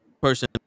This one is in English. person